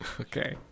Okay